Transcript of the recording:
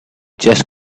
just